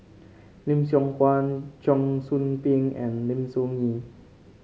Lim Siong Guan Cheong Soo Pieng and Lim Soo Ngee